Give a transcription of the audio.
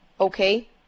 okay